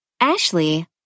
Ashley